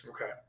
Okay